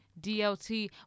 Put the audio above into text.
DLT